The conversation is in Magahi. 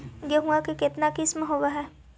गेहूमा के कितना किसम होबै है?